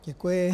Děkuji.